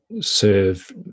serve